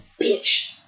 Bitch